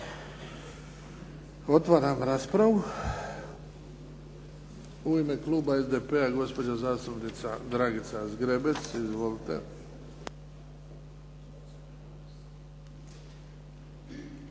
Otvaram raspravu. U ime kluba SDP-a gospođa zastupnica Dragica Zgrebec. Izvolite.